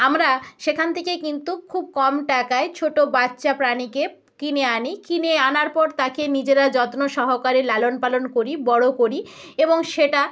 আমরা সেখান থেকেই কিন্তু খুব কম টাকায় ছোটো বাচ্চা প্রাণীকে কিনে আনি কিনে আনার পর তাকে নিজেরা যত্ন সহকারে লালন পালন করি বড়ো করি এবং সেটা